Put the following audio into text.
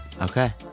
Okay